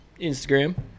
Instagram